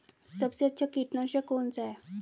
सबसे अच्छा कीटनाशक कौन सा है?